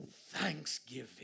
thanksgiving